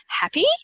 happy